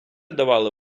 давали